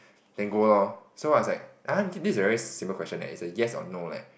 then go lor so I was like ah this is a very simple question leh it's a yes or no leh